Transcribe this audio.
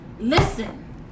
Listen